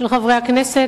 של חברי הכנסת.